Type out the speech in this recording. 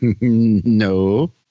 No